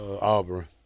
Auburn